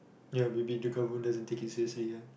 ya it will be who doesn't take it seriously ya